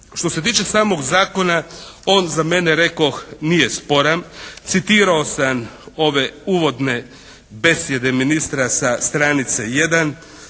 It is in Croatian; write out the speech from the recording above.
Što se tiče samog zakona, on za mene rekoh nije sporan. Citirao sam ove uvodne besjede ministra sa stranice